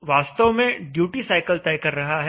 Vd वास्तव में duty cycle तय कर रहा है